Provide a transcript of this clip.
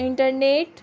internet